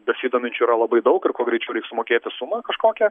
besidominčių yra labai daug ir kuo greičiau reik sumokėti sumą kažkokią